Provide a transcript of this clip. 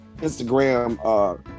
Instagram